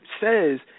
says